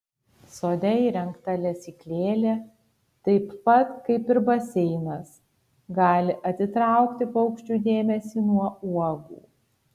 sode įrengta lesyklėlė taip pat kaip ir baseinas gali atitraukti paukščių dėmesį nuo uogų